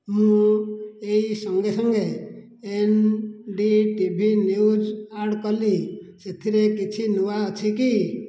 ମୁଁ ଏଇ ସଙ୍ଗେ ସଙ୍ଗେ N D T V news add କଲି ଏଥିରେ କିଛି ନୂଆ ଅଛି କି